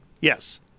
Yes